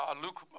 Luke